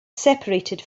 seperated